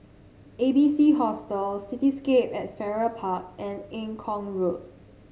A B C Hostel Cityscape at Farrer Park and Eng Kong Road